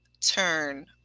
turn